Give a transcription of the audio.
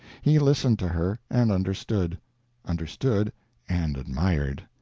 he listened to her and understood understood and admired.